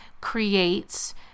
creates